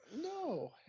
No